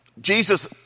jesus